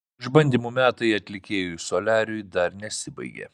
išbandymų metai atlikėjui soliariui dar nesibaigė